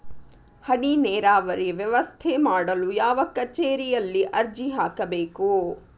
ಹನಿ ನೇರಾವರಿ ವ್ಯವಸ್ಥೆ ಮಾಡಲು ಯಾವ ಕಚೇರಿಯಲ್ಲಿ ಅರ್ಜಿ ಹಾಕಬೇಕು?